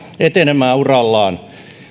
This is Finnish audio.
etenemään urallaan